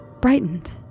brightened